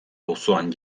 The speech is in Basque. auzoan